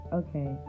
okay